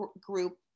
group